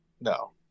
No